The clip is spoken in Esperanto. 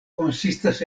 konsistas